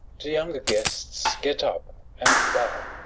the younger guests get up and bow.